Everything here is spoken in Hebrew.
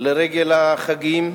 לרגל החגים,